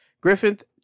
Griffith